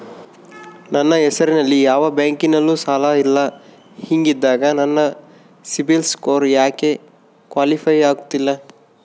ನನ್ನ ಹೆಸರಲ್ಲಿ ಯಾವ ಬ್ಯಾಂಕಿನಲ್ಲೂ ಸಾಲ ಇಲ್ಲ ಹಿಂಗಿದ್ದಾಗ ನನ್ನ ಸಿಬಿಲ್ ಸ್ಕೋರ್ ಯಾಕೆ ಕ್ವಾಲಿಫೈ ಆಗುತ್ತಿಲ್ಲ?